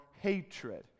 hatred